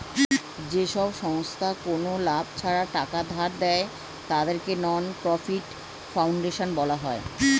যেসব সংস্থা কোনো লাভ ছাড়া টাকা ধার দেয়, তাদেরকে নন প্রফিট ফাউন্ডেশন বলা হয়